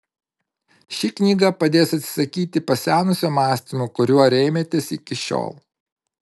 ši knyga padės atsisakyti pasenusio mąstymo kuriuo rėmėtės iki šiol